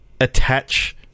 attach